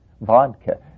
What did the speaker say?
vodka